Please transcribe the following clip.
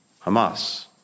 Hamas